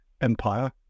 empire